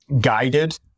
guided